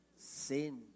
sin